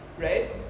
Right